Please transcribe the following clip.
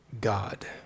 God